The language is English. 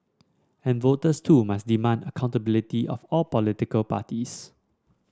and voters too must demand accountability of all political parties